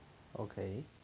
okay